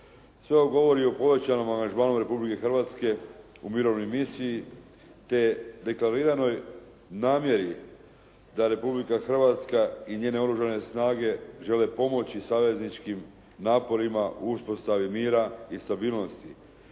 Sve ovo govori o povećanom angažmanu Republike Hrvatske u mirovnoj misiji te deklariranoj namjeri da Republika Hrvatska i njene oružane snage žele pomoći savezničkim naporima u uspostavi mira i stabilnosti